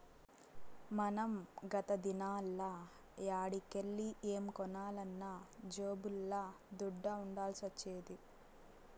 మనం గత దినాల్ల యాడికెల్లి ఏం కొనాలన్నా జేబుల్ల దుడ్డ ఉండాల్సొచ్చేది